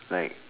like